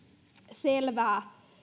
selvää